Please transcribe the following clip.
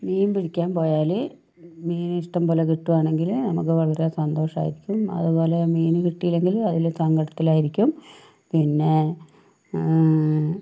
മീൻ പിടിക്കാൻ പോയാല് മീന് ഇഷ്ടംപോലെ കിട്ടിവാണെങ്കില് നമുക്ക് വളരെ സന്തോഷായിരിക്കും അതുപോലെ മീൻ കിട്ടീല്ലെങ്കില് വളരെ സങ്കടത്തിലായിരിക്കും പിന്നെ